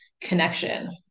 connection